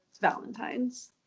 valentines